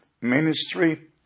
ministry